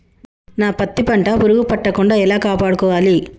నా పత్తి పంట పురుగు పట్టకుండా ఎలా కాపాడుకోవాలి?